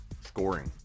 Scoring